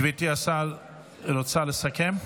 גברתי השרה רוצה לסכם?